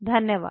धन्यवाद